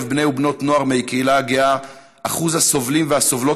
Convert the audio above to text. בני ובנות נוער מהקהילה הגאה אחוז הסובלים והסובלות